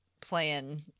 playing